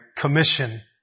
Commission